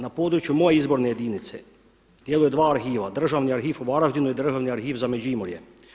Na području moje izborne jedinice djeluju dva arhiva, Državni arhiv u Varaždinu i Državni arhiv za Međimurje.